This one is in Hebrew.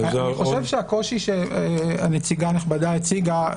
אני חושב שהדברים שלירון אמר לא מתכתבים עם הקושי שהנציגה הנכבדה הציגה,